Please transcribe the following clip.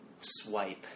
swipe